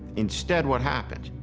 instead, what happened?